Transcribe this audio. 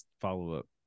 follow-up